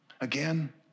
Again